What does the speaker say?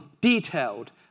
detailed